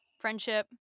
friendship